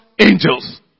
angels